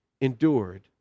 endured